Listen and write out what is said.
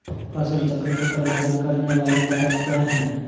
फसल चक्र को प्रभावित करने वाले कारक क्या है?